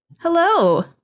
Hello